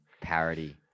Parody